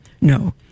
No